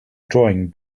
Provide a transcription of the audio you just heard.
drawing